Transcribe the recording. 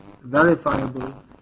verifiable